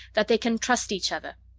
that they can trust each other.